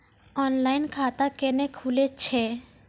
Online खाता केना खुलै छै?